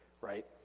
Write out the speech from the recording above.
right